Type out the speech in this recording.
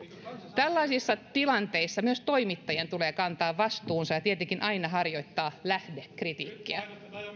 tällaisissa tilanteissa myös toimittajien tulee kantaa vastuunsa ja tietenkin aina harjoittaa lähdekritiikkiä